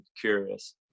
curious